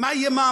מה יהיה מעמדם?